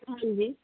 ਹਾਂਜੀ